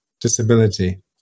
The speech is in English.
disability